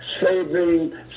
saving